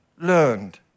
learned